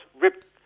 ripped